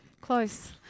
Close